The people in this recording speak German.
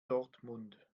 dortmund